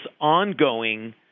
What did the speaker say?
ongoing